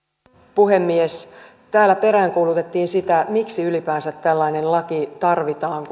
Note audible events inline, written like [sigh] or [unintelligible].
puhemies täällä peräänkuulutettiin sitä miksi ylipäänsä tällainen laki tarvitaan [unintelligible]